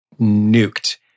nuked